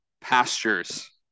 pastures